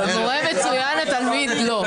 המורה מצוין, התלמיד לא.